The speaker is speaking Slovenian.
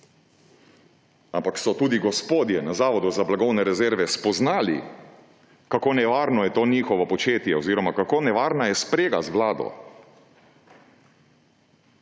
Ampak so tudi gospodje na Zavodu za blagovne rezerve spoznali, kako nevarno je to njihovo početje oziroma kako nevarna je sprega z vlado.